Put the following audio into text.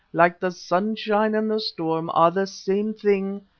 like the sunshine and the storm, are the same thing,